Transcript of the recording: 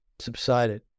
subsided